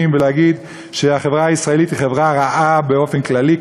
ולהגיד שהחברה הישראלית היא חברה רעה באופן כללי,